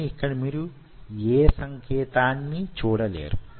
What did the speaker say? కాని యిక్కడ మీరు యే సంకేతాన్ని చూడలేరు